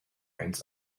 eins